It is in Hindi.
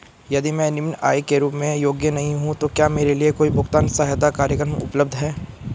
यदि मैं निम्न आय के रूप में योग्य नहीं हूँ तो क्या मेरे लिए कोई भुगतान सहायता कार्यक्रम उपलब्ध है?